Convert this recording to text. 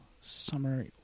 summer